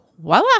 voila